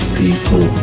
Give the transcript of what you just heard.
people